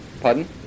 Pardon